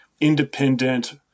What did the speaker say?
independent